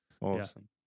Awesome